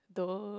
duh